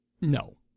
No